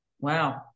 wow